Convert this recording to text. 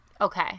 Okay